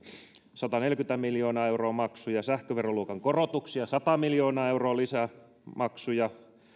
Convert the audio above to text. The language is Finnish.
sataneljäkymmentä miljoonaa euroa maksuja sähköveroluokan korotuksia sata miljoonaa euroa lisää maksuja